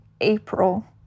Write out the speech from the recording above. April